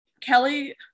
Kelly